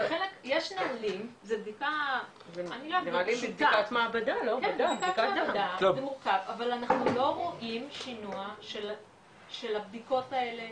זה מורכב אבל אנחנו לא רואים שינוע של הבדיקות האלה